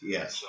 Yes